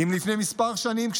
אם לפני כמה שנים,